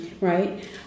Right